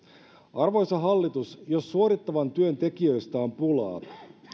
arvoisa hallitus jos suorittavan työn tekijöistä on pulaa